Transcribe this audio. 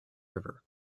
river